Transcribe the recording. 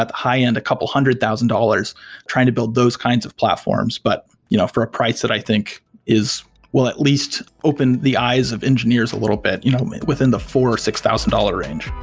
at the high-end, a couple hundred thousand dollars trying to build those kinds of platforms, but you know for a price that i think is will at least open the eyes of engineers a little bit you know within the four or six thousand dollars range.